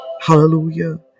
Hallelujah